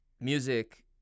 music